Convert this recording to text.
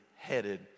headed